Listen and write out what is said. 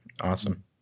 Awesome